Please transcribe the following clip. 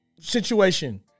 situation